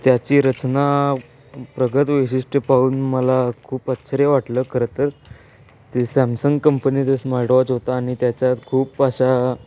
त्याची रचना प्रगत वैशिष्ट्य पाहून मला खूप आश्चर्य वाटलं खरंतर ते सॅमसंग कंपनीचं स्मार्टवॉच होतं आणि त्याच्यात खूप अशा